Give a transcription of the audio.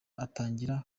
atangira